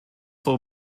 will